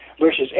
Versus